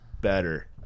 Better